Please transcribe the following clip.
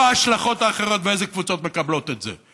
ההשלכות האחרות ואיזה קבוצות מקבלות את זה.